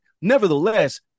Nevertheless